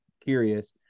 curious